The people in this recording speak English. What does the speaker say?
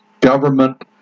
government